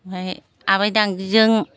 आमफाय आबाय दांगिजों